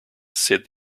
said